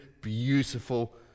beautiful